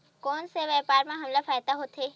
कोन से व्यापार म हमला फ़ायदा होथे?